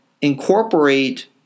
incorporate